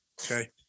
Okay